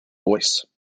voice